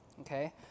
Okay